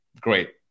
Great